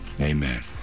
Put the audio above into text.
Amen